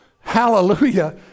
hallelujah